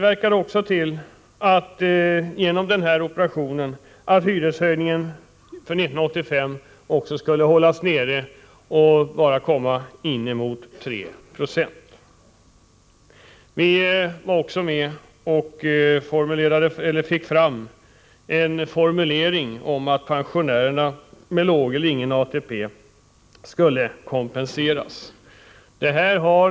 Vi har också genom den operationen medverkat till att hyreshöjningen för 1985 hålls nere på en så låg nivå som i närheten av 3 90. Vi var även med och fick fram en formulering om att pensionärer med låg eller ingen ATP skulle kompenseras.